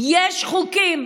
יש חוקים